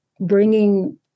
bringing